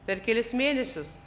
per kelis mėnesius